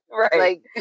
Right